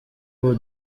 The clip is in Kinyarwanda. ubu